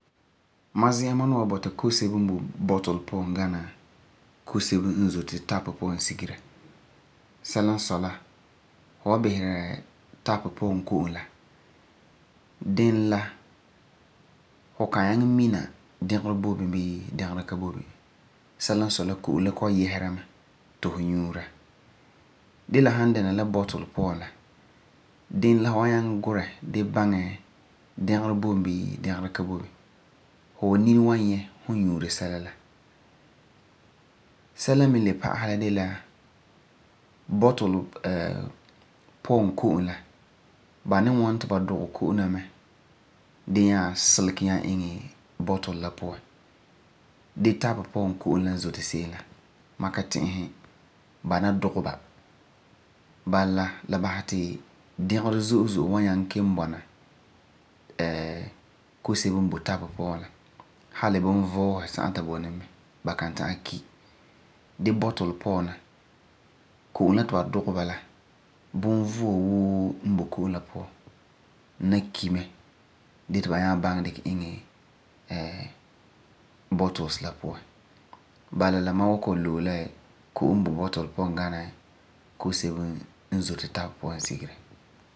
Mam zi'an ma nuum wan bɔta kosebo n boi bottle puan gana kosebo n zotivtap puan sigera. Sɛla n sɔi la, fu san bisera tap puan ko'om la, den la fu kan nyaŋɛ mina dɛgerɔ boi bini bii dɛgerɔ ka boi bini. Sɛla n sɔi la ko'om la kɔ'ɔm yɛsera mɛ ti fu nyuura. Dee la san dɛna la bottle puan la, den la fu wan nyaŋɛ gurɛ gee nyuura. Fu nini wan nyɛ fu nyuuri sɛla la. Sɛla n mi le pa'asɛ la la de la bottle puan ko'om la ba mi wan ti dɔgɛ ko'om la mɛ dee nya silege nyaa iŋɛ bottle la puan. Dee tap puan ko'om la n zoti se'em la ma ka ti'isɛ ti ba ni dugɛ ba. Bala la basɛ ti dɛgerɔ zo'e zo'e mi ta'am kelum bɔna ko'om la puan. Bala la ma wan kɔ'ɔm loe la ko'om n boi bottle puan gana kosebo n zoti tap puan sigera.